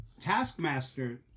Taskmaster